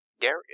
Gary